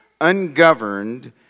ungoverned